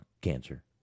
cancer